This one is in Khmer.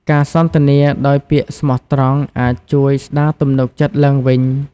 ការសន្ទនាដោយពាក្យស្មោះត្រង់អាចជួយស្ដារទំនុកចិត្តឡើងវិញ។